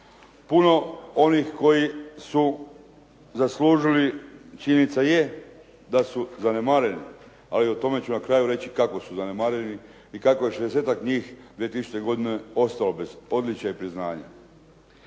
puno onih koji su zaslužili, činjenica je da su zanemareni. A o tome ću reći kako su zanemareni i kako je 60-ak njih 2000. godine ostalo bez odličja i priznanja.